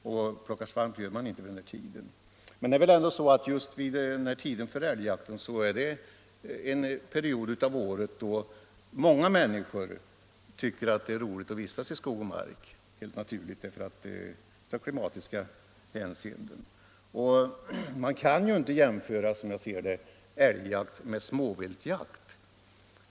Och plockar svamp gör man ju inte vid den här tiden. Men tiden för älgjakt är väl ändå en period då många människor tycker att det är roligt att vistas i skog och mark. Detta är ju helt naturligt med tanke på klimatet. Man kan ju inte heller, som jag ser det, jämföra älgjakt med småviltjakt.